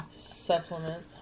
supplement